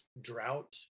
drought